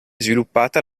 sviluppata